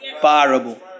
Parable